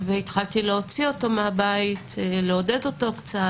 והתחלתי להוציא אותו מהבית, לעודד אותו קצת.